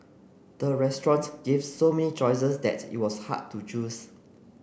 the restaurant gave so many choices that it was hard to choose